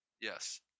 Yes